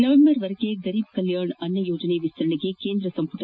November ವರೆಗೆ ಗರೀಬ್ ಕಲ್ಯಾಣ್ ಅನ್ನ ಯೋಜನೆ ವಿಸ್ತರಣೆಗೆ ಕೇಂದ್ರ ಸಂಪುಟ